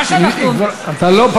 אתה לא,